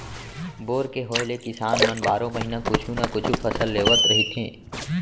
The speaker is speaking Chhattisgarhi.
बोर के होए ले किसान मन बारो महिना कुछु न कुछु फसल लेवत रहिथे